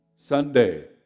Sunday